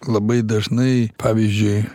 labai dažnai pavyzdžiui